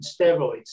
steroids